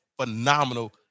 phenomenal